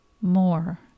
more